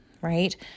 right